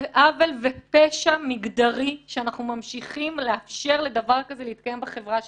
זה עוול ופשע מגדרי שאנחנו ממשיכים לאפשר לדבר כזה להתקיים בחברה שלנו.